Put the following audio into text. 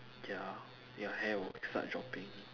ya your hair will start dropping